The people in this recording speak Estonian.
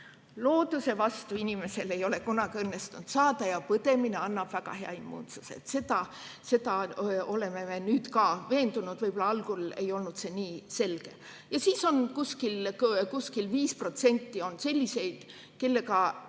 Looduse vastu inimesel ei ole kunagi õnnestunud saada ja põdemine annab väga hea immuunsuse. Selles me oleme nüüd ka veendunud. Võib-olla algul ei olnud see nii selge. Umbes 5% on selliseid, kes